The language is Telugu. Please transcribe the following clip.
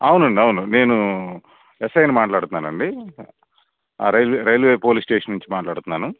అవునండి అవును నేనూ ఎస్ ఐని మాట్లాడుతున్నానండి రైల్వే రైల్వే పోలీస్ స్టేషన్ నుంచి మాట్లాడుతున్నాను